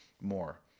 more